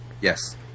Yes